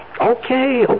okay